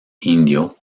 indio